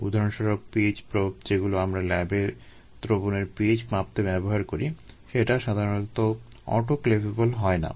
উদাহরণস্বরূপ pH probe যেগুলো আমরা ল্যাবে দ্রবণের pH মাপতে ব্যবহার করি সেটা সাধারণত অটোক্ল্যাভেবল হয় না